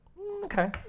Okay